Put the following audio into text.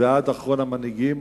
ועד אחרון המנהיגים.